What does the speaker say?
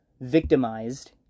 victimized